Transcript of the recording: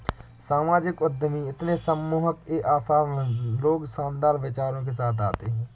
सामाजिक उद्यमी इतने सम्मोहक ये असाधारण लोग शानदार विचारों के साथ आते है